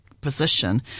Position